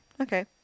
Okay